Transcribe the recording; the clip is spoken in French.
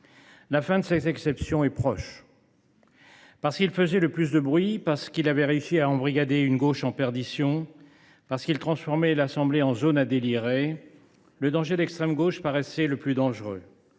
La fin de cette exception est proche. Parce qu’il faisait le plus de bruit, parce qu’il avait réussi à embrigader une gauche en perdition, parce qu’il transformait l’Assemblée en zone à délirer, le danger d’extrême gauche paraissait le plus dangereux,